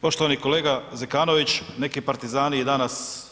Poštovani kolega Zekanović, neki partizani i danas